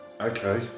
Okay